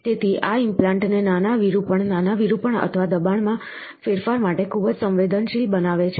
તેથી આ ઇમ્પ્લાન્ટ ને નાના વિરૂપણ નાના વિરૂપણ અથવા દબાણમાં ફેરફાર માટે ખૂબ સંવેદનશીલ બનાવે છે